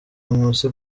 nkusi